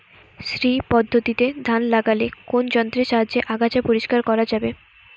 শ্রী পদ্ধতিতে ধান লাগালে কোন যন্ত্রের সাহায্যে আগাছা পরিষ্কার করা যাবে?